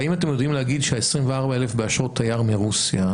והאם אתם יודעים להגיד שה-24,000 באשרות תייר מרוסיה,